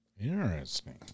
Interesting